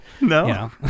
No